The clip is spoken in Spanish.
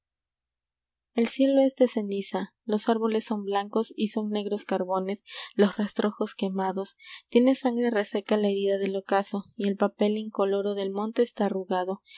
l cielo es de ceniza los árboles son blancos y son negros carbones los rastrojos quemados tiene sangre reseca la herida del ocaso y el papel incoloro del monte está arrugado